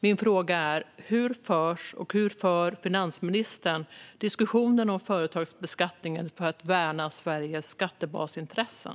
Min fråga är: Hur förs och hur för finansministern diskussionen om företagsbeskattningen för att värna Sveriges skattebasintressen?